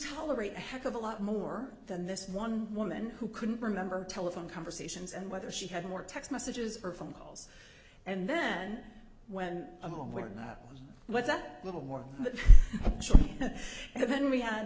tolerate a heck of a lot more than this one woman who couldn't remember telephone conversations and whether she had more text messages or phone calls and then when i'm aware of what's a little more and then we had